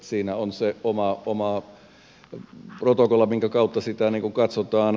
siinä on se oma protokolla minkä kautta sitä katsotaan